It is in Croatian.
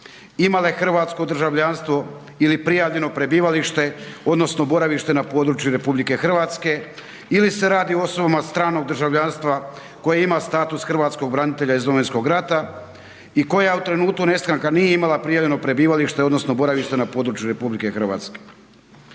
imale hrvatsko državljanstvo ili prijavljeno prebivalište odnosno boravište na području RH ili se radi o osobama stranog državljanstva koje imaju status hrvatskog branitelja iz Domovinskog rata i koja u trenutku nestanka nije imala prijavljeno prebivalište odnosno boravište na RH. U slučaju traženja